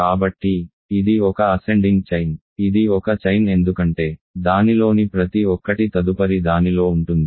కాబట్టి ఇది ఒక అసెండింగ్ చైన్ ఇది ఒక చైన్ ఎందుకంటే దానిలోని ప్రతి ఒక్కటి తదుపరి దానిలో ఉంటుంది